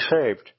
saved